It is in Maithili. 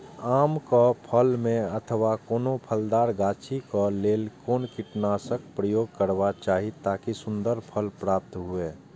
आम क फल में अथवा कोनो फलदार गाछि क लेल कोन कीटनाशक प्रयोग करबाक चाही ताकि सुन्दर फल प्राप्त हुऐ?